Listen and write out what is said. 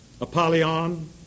Apollyon